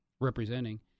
representing